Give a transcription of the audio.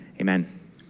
Amen